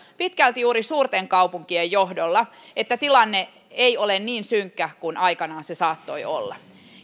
pitkälti juuri suurten kaupunkien johdolla että tilanne ei ole niin synkkä kuin aikanaan se saattoi olla